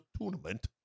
Tournament